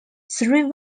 three